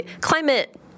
climate